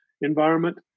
environment